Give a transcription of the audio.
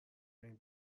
این